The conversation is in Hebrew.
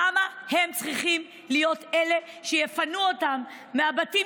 למה הם צריכים להיות אלה שיפנו אותם מהבתים